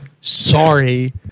Sorry